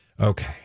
okay